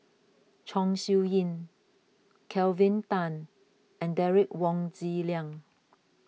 Chong Siew Ying Kelvin Tan and Derek Wong Zi Liang